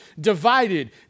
divided